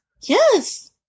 Yes